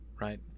right